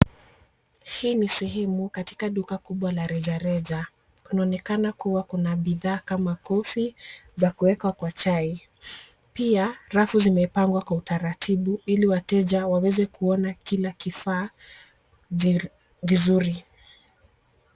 Hii ni sehemu katika duka kubwa la rejareja. Kunaonekana kuwa kuna bidhaa kama coffee za kuweka kwa chai. Pia rafu zimepangwa kwa utaratibu ili wateja waweze kuona kila kifaa vizuri.